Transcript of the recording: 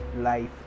life